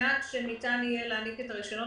מנת שניתן יהיה להעניק את הרישיונות,